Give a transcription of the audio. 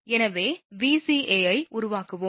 எனவே Vca ஐச் உருவாக்குவோம்